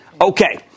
Okay